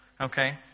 Okay